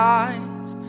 eyes